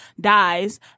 dies